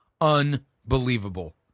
Unbelievable